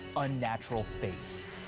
unnatural face.